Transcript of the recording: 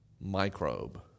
microbe